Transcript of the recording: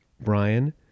Brian